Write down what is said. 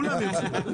כולם?